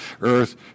earth